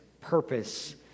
purpose